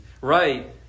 Right